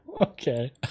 Okay